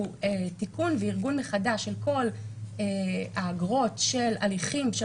תיקון וארגון מחדש של כל האגרות של הליכים של